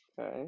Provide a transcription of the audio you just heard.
Okay